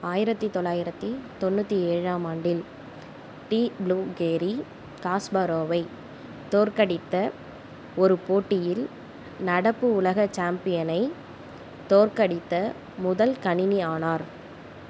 ஆயிரத்து தொளாயிரத்து தொண்ணூற்றி ஏழாம் ஆண்டில் டீப் ப்ளூ கேரி காஸ்பரோவை தோற்கடித்த ஒரு போட்டியில் நடப்பு உலக சாம்பியனை தோற்கடித்த முதல் கணினி ஆனார்